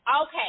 Okay